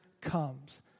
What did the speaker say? comes